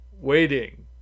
waiting